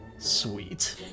Sweet